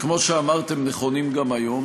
וכמו שאמרת, הם נכונים גם היום.